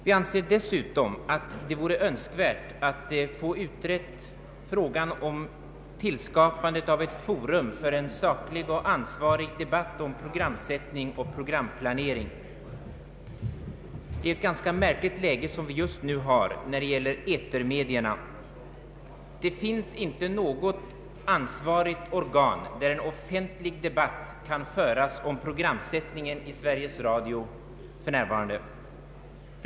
Vi anser dessutom att det vore önskvärt att få utredd frågan om tillskapandet av ett forum för en saklig och ansvarig debatt om programsättning och programplanering. Vi har ett ganska märkligt läge just nu när det gäller etermedierna. Det finns för närvarande inte något ansvarigt organ där en offentlig debatt kan föras om program sättningen i Sveriges Radio.